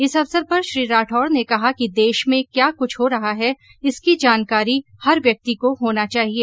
इस अवसर पर उन्होंने कहा कि देश में क्या कुछ हो रहा है इसकी जानकारी हर व्यक्ति को होना चाहिए